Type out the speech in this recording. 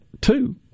two